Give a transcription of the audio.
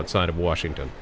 outside of washington